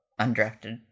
undrafted